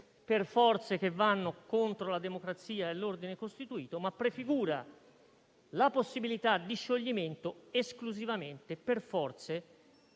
per forze che vanno contro la democrazia e l'ordine costituito, ma prefigura la possibilità di scioglimento esclusivamente per forze